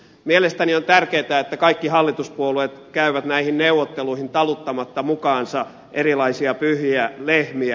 mielestäni on tärkeää että kaikki hallituspuolueet käyvät näihin neuvotteluihin taluttamatta mukaansa erilaisia pyhiä lehmiä